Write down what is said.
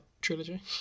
trilogy